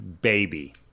baby